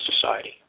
society